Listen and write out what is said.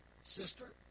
sister